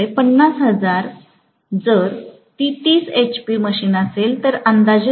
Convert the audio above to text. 50000 जर ती 30 HP machine असेल तर ती अंदाजे रू